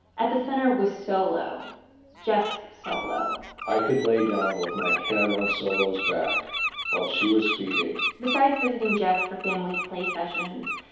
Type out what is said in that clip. at the center was solo jeff's solo i could lay down with my head on solo's back while she was feeding besides visiting jeff for family play sessions,